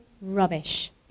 rubbish